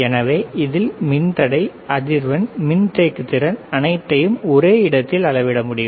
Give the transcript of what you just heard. எனவே இதில் மின்தடை அதிர்வெண் மின் தேக்கு திறன் அனைத்தையும் ஒரே இடத்தில் அளவிட முடியும்